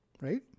right